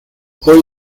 hoy